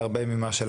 עקב התמורות המשפטיות,